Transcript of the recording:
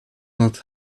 not